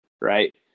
right